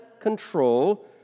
control